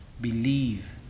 believe